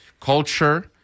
culture